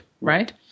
right